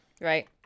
Right